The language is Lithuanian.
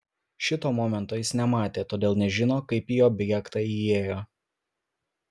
šito momento jis nematė todėl nežino kaip į objektą įėjo